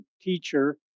teacher